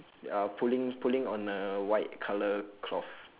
uh pulling pulling on a white colour cloth